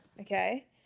Okay